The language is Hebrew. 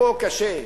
פה קשה,